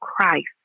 Christ